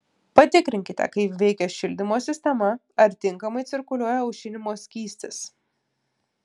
patikrinkite kaip veikia šildymo sistema ar tinkamai cirkuliuoja aušinimo skystis